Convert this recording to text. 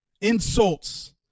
insults